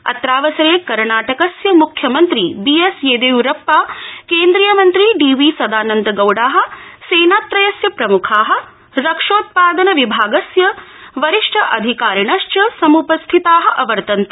अत्रावसरे कर्णाटकस्य मुख्यमन्त्री बीएस् ये िय्रप्पा केन्द्रीयमन्त्री D V Sadananda Gowda सेनात्रयस्य प्रमुखा रक्षोत्पा न विभागस्य वरिष्ठाधिकारिणश्च सम्पस्थिता अवर्तन्त